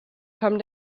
come